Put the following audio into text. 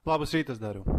labas rytas dariau